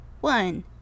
one